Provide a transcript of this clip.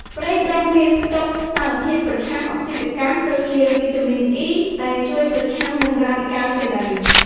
ប្រេងដូងមានផ្ទុក សារធាតុប្រឆាំងអុកស៊ីតកម្ម ដូចជា វីតាមីន អុី (E) ដែលជួយប្រឆាំងនឹងរ៉ាឌីកាល់សេរី។